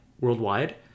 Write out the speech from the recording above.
worldwide